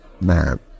man